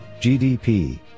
GDP